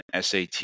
SAT